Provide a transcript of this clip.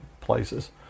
places